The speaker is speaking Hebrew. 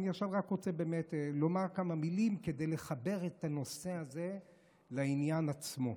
אני עכשיו רוצה לומר כמה מילים כדי לחבר את הנושא הזה לעניין עצמו,